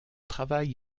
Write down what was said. travail